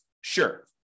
Sure